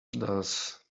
does